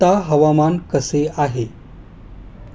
आत्ता हवामान कसे आहे